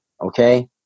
Okay